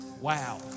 Wow